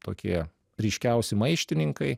tokie ryškiausi maištininkai